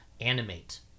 animate